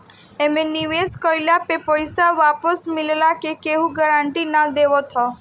एमे निवेश कइला पे पईसा वापस मिलला के केहू गारंटी ना देवत हअ